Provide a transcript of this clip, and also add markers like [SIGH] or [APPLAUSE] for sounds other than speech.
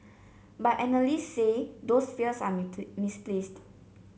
but analyst say those fears are [UNINTELLIGIBLE] misplaced